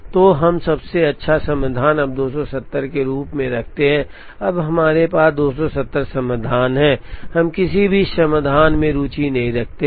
तो हम सबसे अच्छा समाधान अब 270 के रूप में रखते हैं अब हमारे पास 270 समाधान है हम किसी भी समाधान में रुचि नहीं रखते हैं जो 270 से अधिक हैं